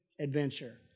adventure